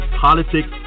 politics